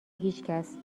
هیچکس